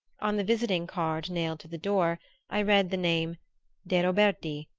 on the visiting-card nailed to the door i read the name de roberti,